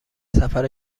سفر